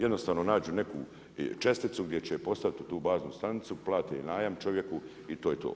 Jednostavno, nađu neku česticu gdje će postaviti tu baznu stanicu, plate najam čovjeku i to je to.